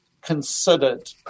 considered